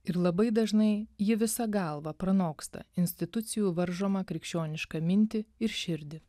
ir labai dažnai ji visa galva pranoksta institucijų varžomą krikščionišką mintį ir širdį